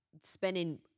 spending